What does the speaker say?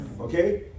Okay